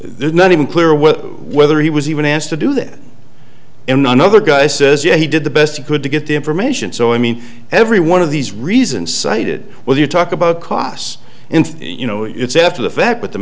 there's not even clear whether he was even asked to do this and another guy says yeah he did the best he could to get the information so i mean every one of these reasons cited well you talk about costs and you know it's after the fact with the